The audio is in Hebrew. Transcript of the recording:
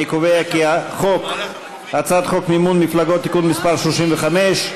אני קובע כי הצעת חוק מימון מפלגות (תיקון מס' 35),